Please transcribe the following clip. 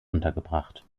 untergebracht